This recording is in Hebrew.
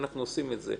אנחנו עושים את זה.